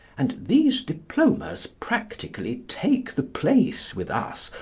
and these diplomas practically take the place, with us,